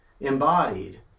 embodied